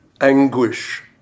anguish